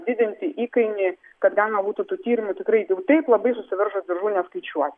didinti įkainį kad galima būtų tų tyrimų tikrai jau taip labai susiveržus diržų neskaičiuot